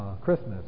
Christmas